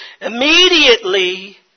immediately